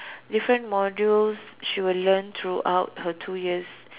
different modules she will learn throughout her two years